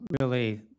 really-